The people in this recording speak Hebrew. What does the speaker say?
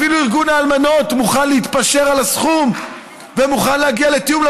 אפילו ארגון האלמנות מוכן להתפשר על הסכום ומוכן להגיע לתיאום,